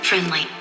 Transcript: Friendly